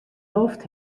loft